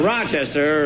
Rochester